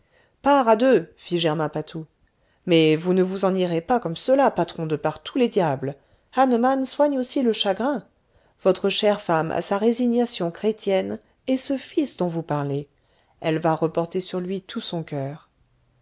part à deux fit germain patou mais vous ne vous en irez pas comme cela patron de par tous les diables hahnemann soigne aussi le chagrin votre chère femme a sa résignation chrétienne et ce fils dont vous parlez elle va reporter sur lui tout son coeur